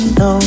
no